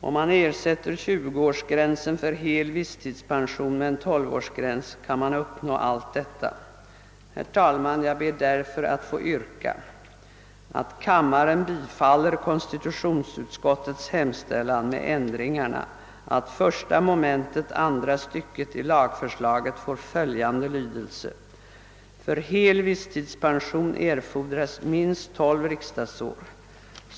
Om man ersätter 20-årsgränsen för hel visstidspension med en 12-årsgräns kan man uppnå allt detta. Herr talman! Jag ber därför att få yrka, att kammaren bifaller konstitutionsutskottets hemställan med ändringarna, För hel visstidspension erfordras minst tolv riksdagsår.